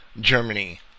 Germany